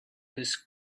his